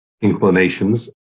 inclinations